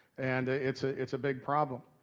and it's a, it's a big problem.